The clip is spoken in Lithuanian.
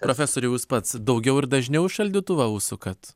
profesoriau jūs pats daugiau ir dažniau į šaldytuvą užsukat